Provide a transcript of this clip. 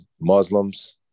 Muslims